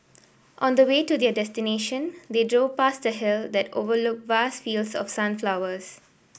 on the way to their destination they drove past a hill that overlooked vast fields of sunflowers